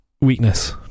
weakness